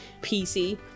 PC